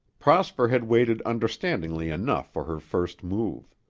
prosper had waited understandingly enough for her first move.